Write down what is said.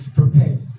prepared